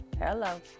Hello